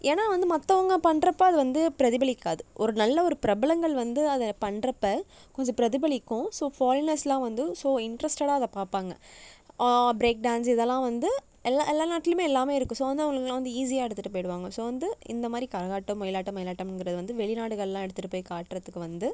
ஏன்னால் வந்து மற்றவங்க பண்ணுறப்ப அது வந்து பிரதிபலிக்காது ஒரு நல்ல ஒரு பிரபலங்கள் வந்து அதை பண்ணுறப்ப கொஞ்சம் பிரதிபலிக்கும் ஸோ ஃபாரினர்ஸ்லாம் வந்து ஸோ இன்ட்ரெஸ்ட்டடா அதை பார்ப்பாங்க ப்ரேக் டான்ஸ் இதெல்லாம் வந்து எல்லா எல்லா நாட்லேயுமே எல்லாமே இருக்கு ஸோ வந்து அவங்களெல்லாம் வந்து ஈஸியா எடுத்துட்டு போயிடுவாங்க ஸோ வந்து இந்த மாதிரி கரகாட்டம் ஒயிலாட்டம் மயிலாட்டம்ங்கறது வந்து வெளிநாடுகள்லாம் எடுத்துகிட்டு போய் காட்டுறத்துக்கு வந்து